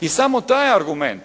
I samo taj argument